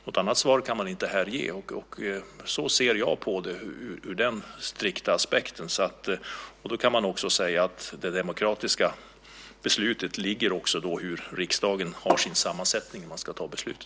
Något annat svar kan man inte ge här. Så ser jag på det ur den strikta aspekten. Då kan man också säga att det demokratiska beslutet beror på vad riksdagen har för sammansättning när man ska fatta beslutet.